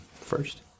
first